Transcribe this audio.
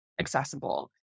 accessible